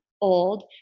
Old